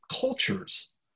cultures